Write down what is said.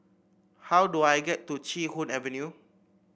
how do I get to Chee Hoon Avenue